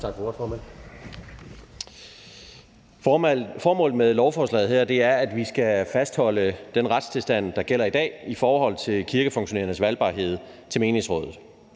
Tak for ordet, formand. Formålet med lovforslaget her er, at vi skal fastholde den retstilstand, der gælder i dag, i forhold til kirkefunktionærernes valgbarhed til menighedsrådet.